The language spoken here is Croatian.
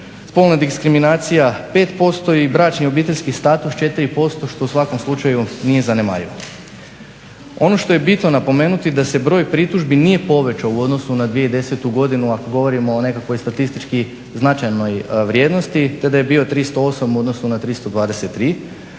spolna diskriminacija 5% i bračni i obiteljski status 4% što u svakom slučaju nije zanemarivo. Ono što je bitno napomenuti da se broj pritužbi nije povećao u odnosu na 2010. godinu ako govorimo o nekakvoj statistički značajnoj vrijednosti te da je bio 308 u odnosu na 323,